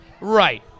Right